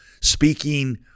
speaking